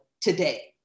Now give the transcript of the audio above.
today